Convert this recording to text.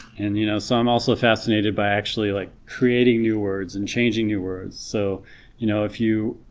and you know so i'm also fascinated by actually like creating new words and changing your words so you know if you